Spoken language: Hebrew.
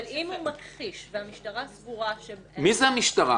אבל אם הוא מכחיש והמשטרה סבורה -- מי זה המשטרה?